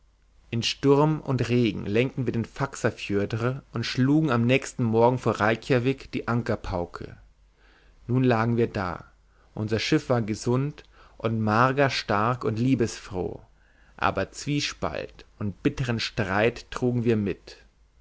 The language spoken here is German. in sturm und regen lenkten wir in den faxa fjördr und schlugen am nächsten morgen vor reykjavik die ankerpauke nun lagen wir da unser schiff war gesund und marga stark und liebesfroh aber zwiespalt und bitteren streit trugen wir mit